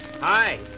Hi